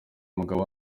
umugabo